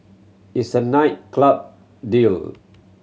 it's a night club duel